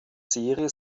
serie